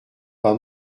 pas